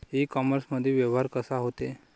इ कामर्समंदी व्यवहार कसा होते?